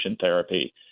therapy